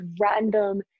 random